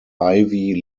ivy